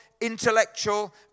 intellectual